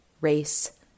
race